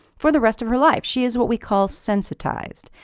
for the rest of her life. she is what we call sensitized.